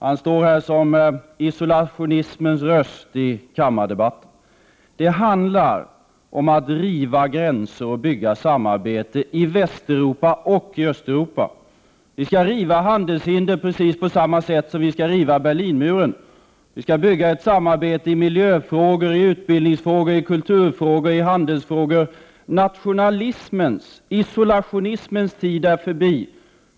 Han står här som isolationismens röst i kammardebatten. Det handlar om att riva gränser och bygga upp samarbete, i Västeuropa och i Östeuropa. Vi skall riva handelshindren på precis samma sätt som vi skall riva Berlinmuren. Vi skall bygga upp ett samarbete i miljöfrågor, utbildningsfrågor, kulturfrågor och handelsfrågor. Nationalismens och isolationismens tid är förbi.